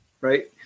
Right